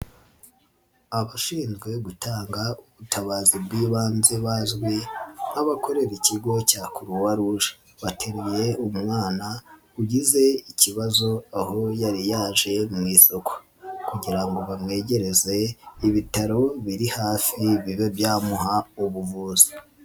Abashinzwe gutanga ubutabazi bw'ibanze bazwi nk'abakorera Ikigo cya Croix Rouge, bateruye umwana ugize ikibazo aho yari yaje mu isoko kugira ngo bamwegereze ibitaro biri hafi bibe byamuha ubuvuzi.